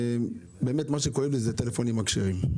מה שכואב לי זה נושאה טלפונים הכשרים.